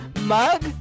Mug